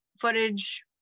footage